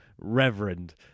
Reverend